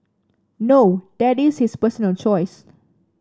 no that is his personal choice